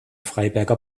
freiberger